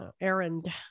Errand